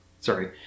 sorry